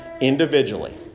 individually